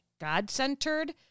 God-centered